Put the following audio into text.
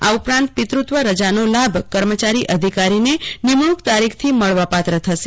આ ઉપરાંત પિતૃત્વનીરજાનો લાભ કર્મચારી અધિકારીને નિમણૂંક તારીખથી મળવાપાત્ર થશે